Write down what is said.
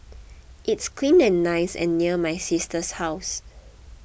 it's clean and nice and near my sister's house